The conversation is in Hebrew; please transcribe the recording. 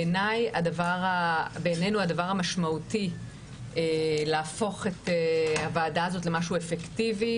בעינינו הדבר המשמעותי להפוך את הוועדה הזו למשהו אפקטיבי,